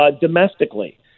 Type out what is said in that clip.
domestically